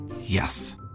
Yes